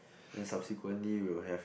then subsequently we will have